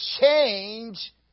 change